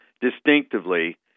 distinctively